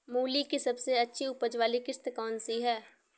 मूली की सबसे अच्छी उपज वाली किश्त कौन सी है?